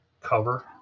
cover